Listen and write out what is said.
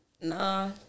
Nah